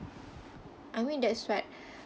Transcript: I mean that's what